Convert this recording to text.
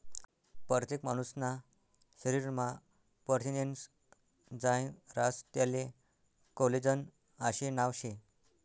परतेक मानूसना शरीरमा परथिनेस्नं जायं रास त्याले कोलेजन आशे नाव शे